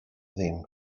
ddim